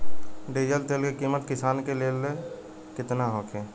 Diesel तेल के किमत किसान के लेल केतना होखे?